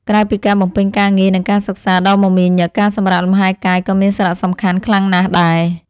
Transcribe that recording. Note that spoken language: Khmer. ក្រៅពីការបំពេញការងារនិងការសិក្សាដ៏មមាញឹកការសម្រាកលំហែកាយក៏មានសារៈសំខាន់ខ្លាំងណាស់ដែរ។